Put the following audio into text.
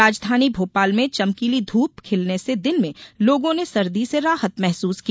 राजधानी भोपाल में चमकीली धूप खिलने से दिन में लोगों ने सर्दी से राहत महसूस की